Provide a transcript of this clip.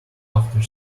after